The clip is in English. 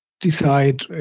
decide